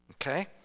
Okay